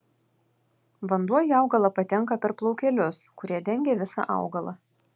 vanduo į augalą patenka per plaukelius kurie dengia visą augalą